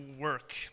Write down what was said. work